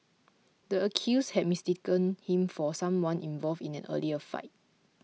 the accused had mistaken him for someone involved in an earlier fight